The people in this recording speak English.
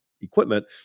equipment